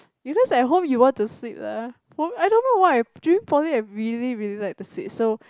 because at home you want to sleep leh I don't know why during poly I really really like to sleep so